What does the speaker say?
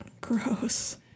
gross